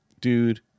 dude